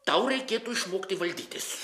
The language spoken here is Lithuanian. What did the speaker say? tau reikėtų išmokti valdytis